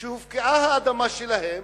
שהופקעה האדמה שלהם,